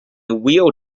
wheel